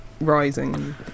rising